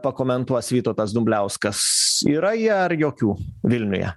pakomentuos vytautas dumbliauskas yra jie ar jokių vilniuje